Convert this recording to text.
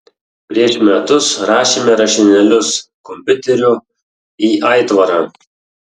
prieš metus rašėme rašinėlius kompiuteriu į aitvarą